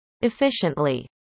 efficiently